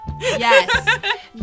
Yes